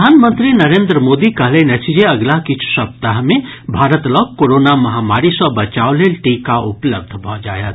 प्रधानमंत्री नरेंद्र मोदी कहलनि अछि जे अगिला किछु सप्ताह मे भारत लऽग कोरोना महामारी सँ बचाव लेल टीका उपलब्ध भऽ जायत